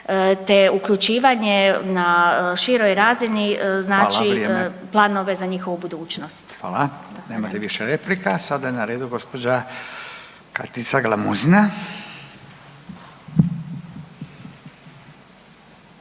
te uključivanje na široj razini, znači planove za njihovu budućnost. **Radin, Furio (Nezavisni)** Hvala. Nemamo više replika. Sada je na redu gospođa Katica Glamuzina.